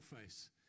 face